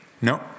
No